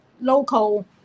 local